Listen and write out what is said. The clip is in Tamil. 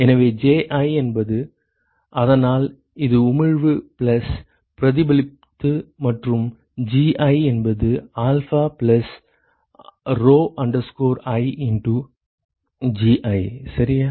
எனவே Ji என்பது அதனால் இது உமிழ்வு பிளஸ் பிரதிபலித்தது மற்றும் Gi என்பது alpha plus rho i into Gi சரியா